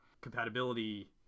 compatibility